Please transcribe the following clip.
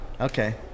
Okay